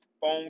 phone